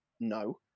No